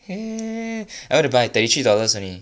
I went to buy thirty three dollars only